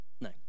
No